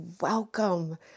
welcome